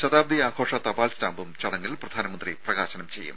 ശതാബ്ദി ആഘോഷ തപാൽ സ്റ്റാമ്പും ചടങ്ങിൽ പ്രധാനമന്ത്രി പ്രകാശനം ചെയ്യും